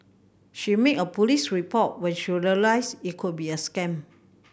she made a police report when she realised it could be a scam